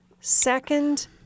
second